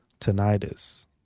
tinnitus